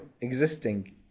existing